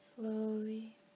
Slowly